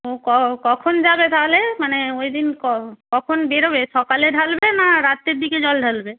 ও কখন যাবে তাহলে মানে ওই দিন কখন বেরোবে সকালে ঢালবে না রাত্রের দিকে জল ঢালবে